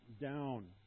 down